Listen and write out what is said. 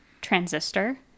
Transistor